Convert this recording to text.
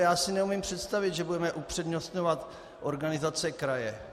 Já si neumím představit, že budeme upřednostňovat organizace kraje.